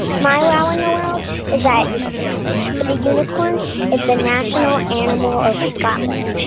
my wow in the world is that the unicorn is the national animal of scotland.